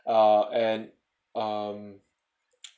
uh and um